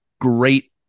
great